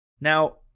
Now